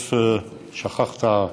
שכחת,